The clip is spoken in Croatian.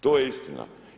To je istina.